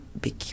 big